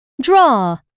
draw